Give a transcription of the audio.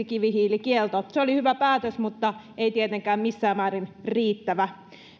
kivihiilikielto se oli hyvä päätös mutta ei tietenkään missään määrin riittävä